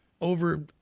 over